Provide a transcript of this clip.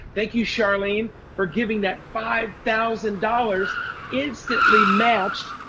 thank you charlene for giving that five thousand dollars instantly matched.